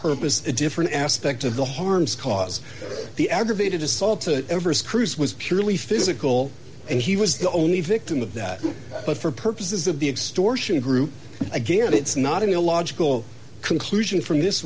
purpose a different aspect of the harms cause the aggravated assault to evers cruz was purely physical and he was the only victim of that but for purposes of the extortion group again it's not an illogical conclusion from this